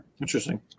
Interesting